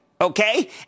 Okay